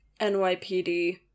NYPD